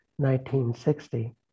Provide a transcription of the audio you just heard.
1960